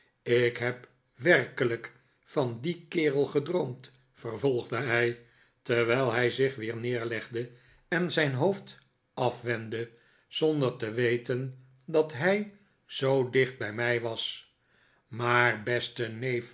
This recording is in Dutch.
ik heb werkelijk van dien kerel gedroomd vervolgde hij terwijl hij zich weer neerlegde en zijn hoofd afwendde zonder te weten dat hij zoo dicht bij mij was tj maar beste neef